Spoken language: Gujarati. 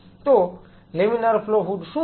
તો લેમિનાર ફ્લો હૂડ શું છે